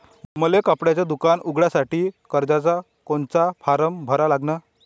मले कपड्याच दुकान उघडासाठी कर्जाचा कोनचा फारम भरा लागन?